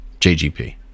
JGP